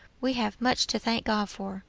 we have much to thank god for,